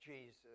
Jesus